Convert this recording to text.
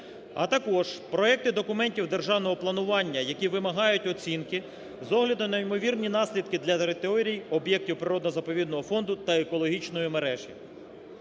А також проекти документів державного планування, які вимагають оцінки з огляду на ймовірні наслідки для територій, об'єктів природно-заповідного фонду та екологічної мережі.